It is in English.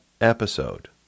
episode